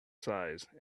size